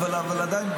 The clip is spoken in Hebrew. אבל עדיין,